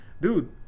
dude